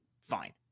Fine